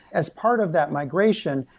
as part of that migration,